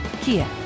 Kia